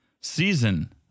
Season